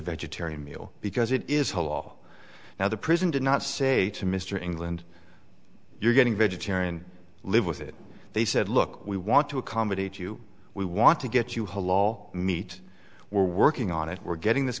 vegetarian meal because it is a law now the prison did not say to mr england you're getting vegetarian live with it they said look we want to accommodate you we want to get you whole law meat we're working on it we're getting this